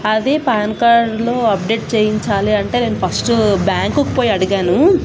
అదే పాన్ కార్డులో అప్డేట్ చేయించాలి అంటే నేను ఫస్ట్ బ్యాంకుకి పోయి అడిగాను